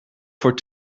voor